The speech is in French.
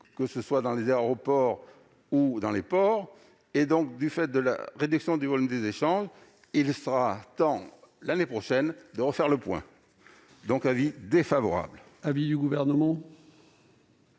que ce soit dans les aéroports ou dans les ports. Du fait de la réduction du volume des échanges, il sera temps, l'année prochaine, de refaire le point. Pour conclure, avis défavorable. Quel est l'avis du Gouvernement ?